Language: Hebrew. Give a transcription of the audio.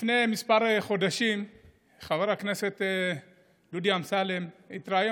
לפני כמה חודשים חבר הכנסת דודי אמסלם התראיין